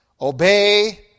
Obey